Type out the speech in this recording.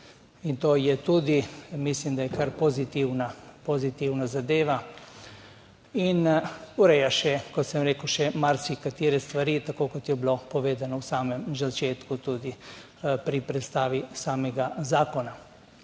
In to je tudi, mislim, da je kar pozitivna zadeva. In ureja še, kot sem rekel, še marsikatere stvari, tako kot je bilo povedano v samem začetku. tudi pri predstavi samega zakona.